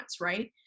right